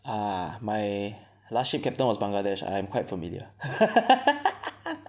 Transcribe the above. uh my last ship captain was Bangladesh I am quite familiar